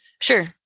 Sure